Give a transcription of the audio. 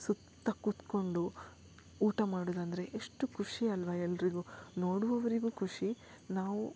ಸುತ್ತಕೂತುಕೊಂಡು ಊಟ ಮಾಡೋದಂದ್ರೆ ಎಷ್ಟು ಖುಷಿ ಅಲ್ಲವಾ ಎಲ್ಲರಿಗೂ ನೋಡುವವರಿಗು ಖುಷಿ ನಾವು